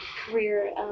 career